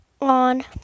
on